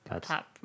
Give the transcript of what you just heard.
top